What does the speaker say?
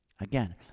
again